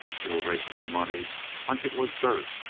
he'll rake in the money like it was dirt.